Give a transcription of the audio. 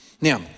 Now